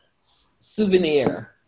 souvenir